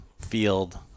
field